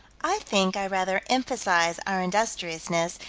i think i rather emphasize our industriousness,